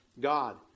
God